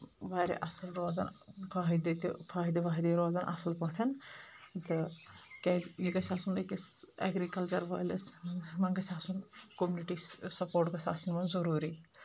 واریاہ اَصٕل روزان فٲہِدٕ تہِ فٲہِدٕ واریاہ روزن اَصٕل پٲٹھۍ تہٕ کیازِ یہِ گژھِ آسُن أکِس اؠگرِکلچر وٲلِس وۄنۍ گژھِ آسُن کومنِٹی سپوٹ گژھِ آسُن وۄنۍ ضروٗری